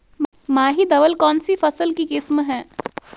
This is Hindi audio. माही धवल कौनसी फसल की किस्म है?